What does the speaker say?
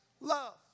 love